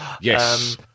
Yes